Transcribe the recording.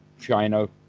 china